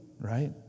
right